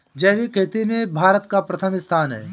जैविक खेती में भारत का प्रथम स्थान